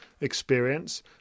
experience